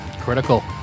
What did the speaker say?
Critical